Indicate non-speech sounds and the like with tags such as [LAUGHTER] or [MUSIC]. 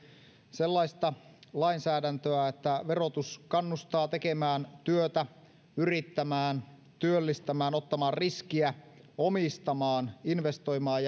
sellaista lainsäädäntöä että verotus kannustaa tekemään työtä yrittämään työllistämään ottamaan riskiä omistamaan investoimaan [UNINTELLIGIBLE]